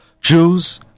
Jews